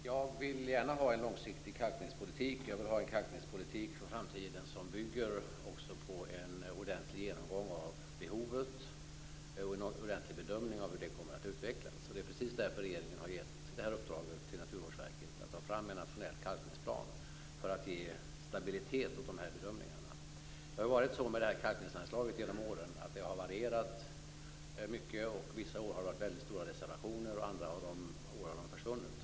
Jag vill gärna ha en långsiktig kalkningspolitik, och jag vill ha en kalkningspolitik för framtiden som bygger på en ordentlig genomgång och bedömning av hur behovet kommer att utvecklas. Det är precis därför regeringen har gett Naturvårdsverket i uppdrag att ta fram en nationell kalkningsplan. Det skall ge stabilitet åt bedömningarna. Kalkningsanslaget har varierat mycket över åren. Vissa år har det varit stora reservationer, andra år har anslaget försvunnit.